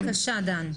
כללית.